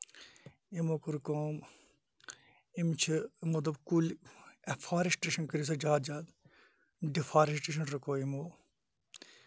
یِمو کٔر کٲم یِم چھِ مطلب کُلۍ ایفوریسٹریشن کٔرو سا زیادٕ زیادٕ ڈِفاریٹریشن رُکٲو یِمَو